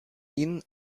ihn